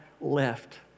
left